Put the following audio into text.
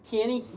Kenny